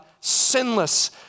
sinless